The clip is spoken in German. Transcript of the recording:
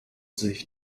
sich